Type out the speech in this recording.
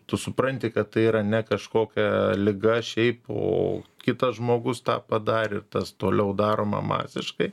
tu supranti kad tai yra ne kažkokia liga šiaip o kitas žmogus tą padarė ir tas toliau daroma masiškai